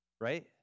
right